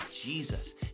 Jesus